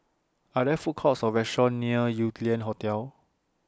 Are There Food Courts Or restaurants near Yew Lian Hotel